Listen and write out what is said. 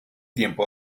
tiempo